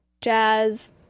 jazz